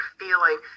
feeling